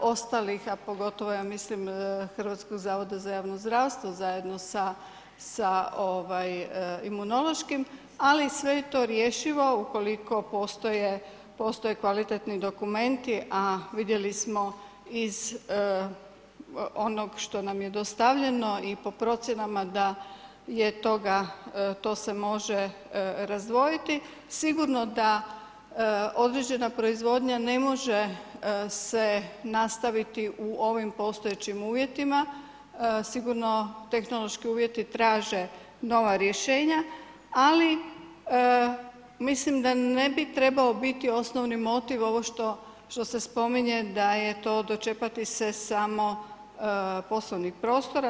ostalih, a pogotovo ja mislim Hrvatskog zavoda za javno zdravstvo zajedno sa Imunološkim, ali sve je to rješivo ukoliko postoje kvalitetni dokumenti, a vidjeli smo iz onog što nam je dostavljeno i po procjenama da je toga, to se može razdvojiti, sigurno da određena proizvodnja ne može se nastaviti u ovim postojećim uvjetima, sigurno tehnološki uvjeti traže nova rješenja, ali mislim da ne bi trebao biti osnovni motiv ovo što se spominje da je to dočepati se samo poslovnih prostora.